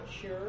sure